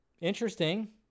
interesting